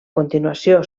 continuació